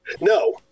No